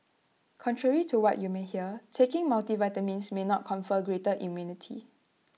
contrary to what you may hear taking multivitamins may not confer greater immunity